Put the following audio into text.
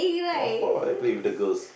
of course I play with the girls